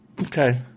Okay